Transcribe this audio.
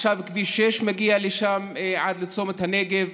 ועכשיו כביש 6 מגיע לשם, עד צומת הנגב,